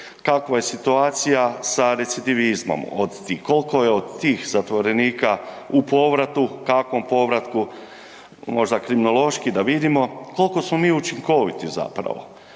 kakva je situacija sa recidivizmom od tih, kolko je od tih zatvorenika u povratu, kakvom povratku, možda kriminološki da vidimo kolko smo mi učinkoviti zapravo.